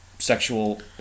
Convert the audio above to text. Sexual